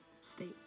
state